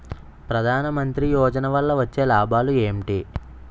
ప్రధాన మంత్రి యోజన వల్ల వచ్చే లాభాలు ఎంటి?